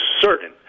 certain